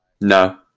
No